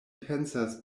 pensas